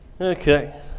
Okay